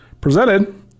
Presented